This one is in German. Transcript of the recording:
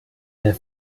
der